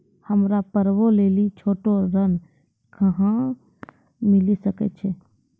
हमरा पर्वो लेली छोटो ऋण कहां मिली सकै छै?